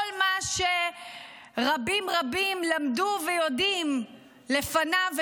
כל מה שרבים רבים למדו ויודעים לפניו,